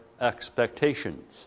expectations